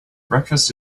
breakfast